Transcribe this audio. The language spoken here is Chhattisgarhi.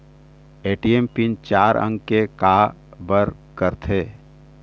ए.टी.एम पिन चार अंक के का बर करथे?